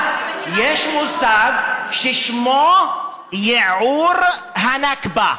ששמו ייעור הנכבה.